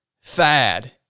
fad